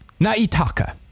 Naitaka